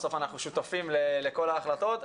בסוף אנחנו שותפים לכל ההחלטות.